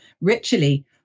ritually